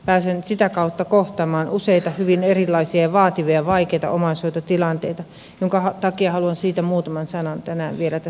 pääsen sitä kautta kohtaamaan useita hyvin erilaisia vaativia ja vaikeita omaishoitotilanteita minkä takia haluan siitä muutaman sanan tänään vielä tässä tuoda esille